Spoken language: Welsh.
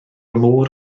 môr